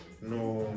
No